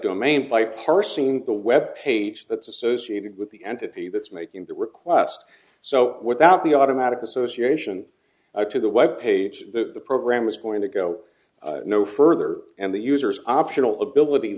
parsing the web page that's associated with the entity that's making the request so without the automatic association to the web page the program is going to go no further and the users optional ability